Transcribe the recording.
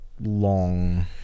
long